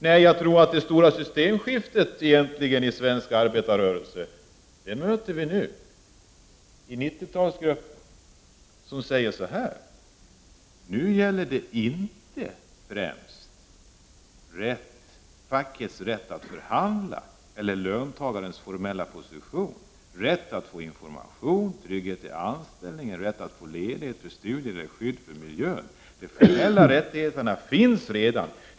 Nej, det stora systemskiftet i svensk arbetarrörelse möter vi nu i 90-talsgruppens uttalanden. Denna säger att det nu inte främst handlar om fackets rätt att förhandla eller löntagarens formella position, hans rätt att få information, trygghet i anställningen, hans rätt att få ledigt för studier eller skydd för miljön. Dessa formella rättigheter finns redan.